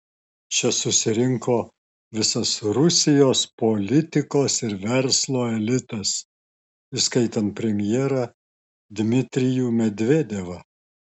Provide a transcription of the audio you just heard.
čia susirinko visas rusijos politikos ir verslo elitas įskaitant premjerą dmitrijų medvedevą